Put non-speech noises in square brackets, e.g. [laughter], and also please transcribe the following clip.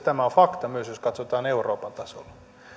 [unintelligible] tämä on fakta myös jos katsotaan euroopan tasolla